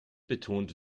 betont